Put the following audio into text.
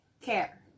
care